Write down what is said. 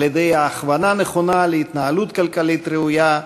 על-ידי הכוונה נכונה להתנהלות כלכלית ראויה,